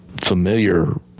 familiar